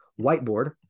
whiteboard